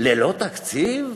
ללא תקציב?